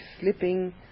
slipping